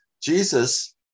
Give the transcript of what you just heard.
Jesus